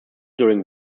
during